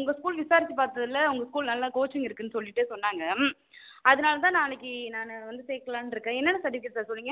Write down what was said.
உங்கள் ஸ்கூல் விசாரித்து பார்த்ததுல உங்கள் ஸ்கூல் நல்ல கோச்சிங் இருக்குன்னு சொல்லிட்டு சொன்னாங்க அதனால் தான் நான் அன்னைக்கு நான் வந்து சேர்க்கலான்ட்ருக்கேன் என்னென்ன சர்ட்டிஃபிக்கேட் சார் சொன்னீங்க